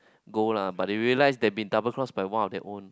gold lah but they realize they've been double crossed by one of their own